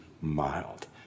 mild